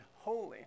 holy